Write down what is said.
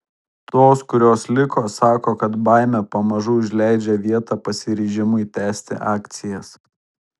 tos kurios liko sako kad baimė pamažu užleidžia vietą pasiryžimui tęsti akcijas